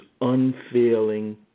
unfailing